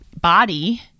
body